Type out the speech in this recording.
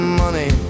money